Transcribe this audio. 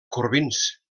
corbins